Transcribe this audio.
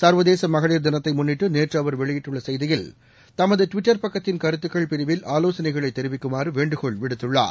ள்வதேச மகளிர் தினத்தை முன்னிட்டு நேற்று அவர் வெளியிட்டுள்ள செய்தியில் தமது டுவிட்டர் பக்கத்தின் கருத்துகள் பிரிவில் ஆலோசனைகளை தெரிவிக்குமாறு வேண்டுகோள் விடுத்துள்ளார்